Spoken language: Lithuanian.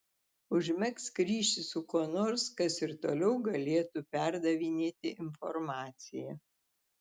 užmegzk ryšį su kuo nors kas ir toliau galėtų perdavinėti informaciją